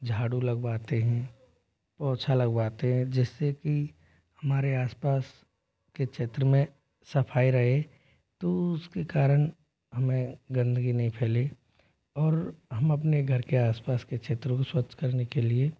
झाड़ू लगवाते हैं पोछा लगवाते हैं जिससे कि हमारे आसपास के क्षेत्र में सफाई रहे तो उसके कारण हमें गंदगी नहीं फैली और हम अपने घर के आसपास के क्षेत्रों को स्वच्छ करने के लिए